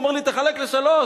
אומר לי: תחלק בשלושה.